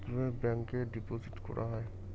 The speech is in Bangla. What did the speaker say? কিভাবে ব্যাংকে ডিপোজিট করা হয়?